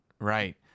right